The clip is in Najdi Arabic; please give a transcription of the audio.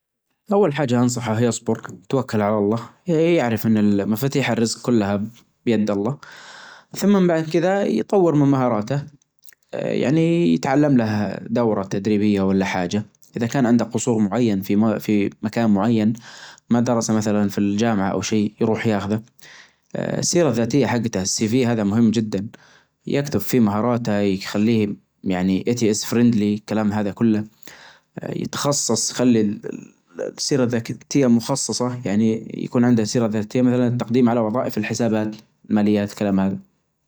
اول حاجة انصحه يصبر يتوكل على الله يعرف ان مفاتيح الرزق كلها بيد الله ثم بعد كذا يطور من مهاراته يعني يتعلم له دورة تدريبية ولا حاجة اذا كان عندك قصور معين في في مكان معين ما درس مثلا في الجامعة او شيء يروح ياخذه السيرة الذاتية حقتها السي في هذا مهم جدا. يكتب فيه مهاراته يخليه ايه تي اس فريندلي يعني الكلام هذا كله. يتخصص يخلي السيرة الذكية الذكية مخصصة يعني يكون عنده سيرة ذاتيه مثلاً للتقديم على وظائف الحسابات الماليات والكلام هذا.